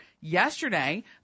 Yesterday